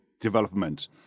development